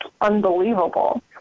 unbelievable